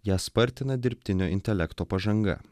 ją spartina dirbtinio intelekto pažanga